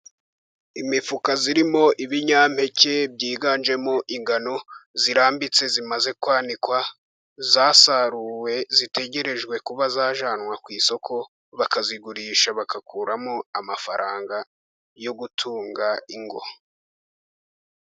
Imifuka irimo ibinyampeke byiganjemo ingano irambitse zimaze kwanikwa, yasaruwe itegerejwe kuba yajyanwa ku isoko bakazigurisha bagakuramo amafaranga yo gutunga ingo.